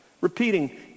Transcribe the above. repeating